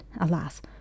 alas